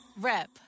Rep